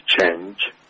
change